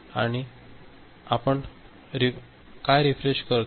आणि आपण काय रीफ्रेश करतो